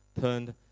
turned